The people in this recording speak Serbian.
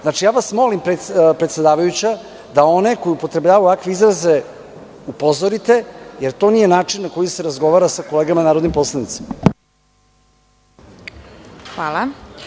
Znači, molim vas predsedavajuća, da one koji upotrebljavaju ovakve izraze upozorite, jer to nije način na koji se razgovara sa kolegama narodnim poslanicima.